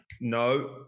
No